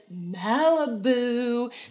Malibu